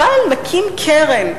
אבל נקים קרן,